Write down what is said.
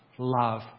Love